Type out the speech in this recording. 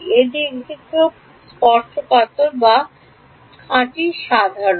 এটি কি স্পর্শকাতর বা খাঁটি সাধারণ